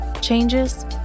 changes